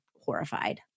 horrified